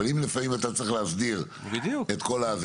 אבל אם לפעמים אתה צריך להסדיר את כל הזה,